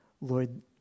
Lord